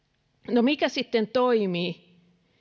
no mikä sitten toimii